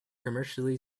commercially